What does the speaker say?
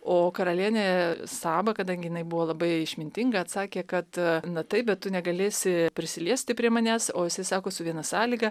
o karalienė saba kadangi jinai buvo labai išmintinga atsakė kad na taip bet tu negalėsi prisiliesti prie manęs o jisai sako su viena sąlyga